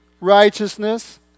righteousness